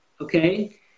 Okay